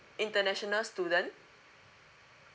international student